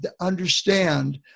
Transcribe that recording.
understand